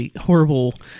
horrible